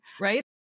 right